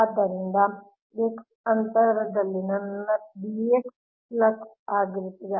ಆದ್ದರಿಂದ x ಅಂತರದಲ್ಲಿ ನನ್ನ B x ಫ್ಲಕ್ಸ್ ಆಗಿರುತ್ತದೆ